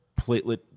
platelet